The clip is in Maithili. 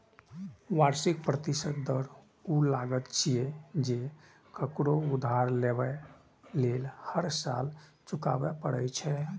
वार्षिक प्रतिशत दर ऊ लागत छियै, जे ककरो उधार लेबय लेल हर साल चुकबै पड़ै छै